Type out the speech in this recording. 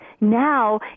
now